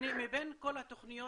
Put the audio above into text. מבין כל התוכניות